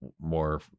more